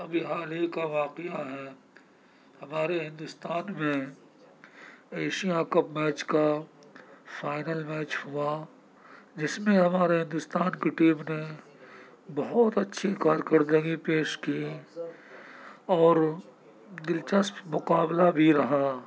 ابھی حال ہی کا واقعہ ہے ہمارے ہندوستان میں ایشیا کپ میچ کا فائنل میچ ہوا جس میں ہمارے ہندوستان کی ٹیم نے بہت اچھی کارکردگی پیش کی اور دلچسپ مقابلہ بھی رہا